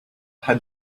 had